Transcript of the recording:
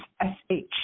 S-H